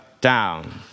down